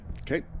Okay